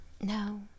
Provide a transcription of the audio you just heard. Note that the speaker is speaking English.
No